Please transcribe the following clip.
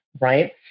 right